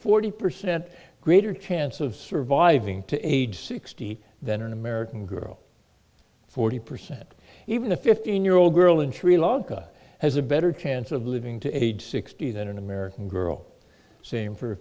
forty percent greater chance of surviving to age sixty than an american girl forty percent even a fifteen year old girl in sri lanka has a better chance of living to age sixty than an american girl same for a